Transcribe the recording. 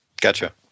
Gotcha